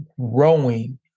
growing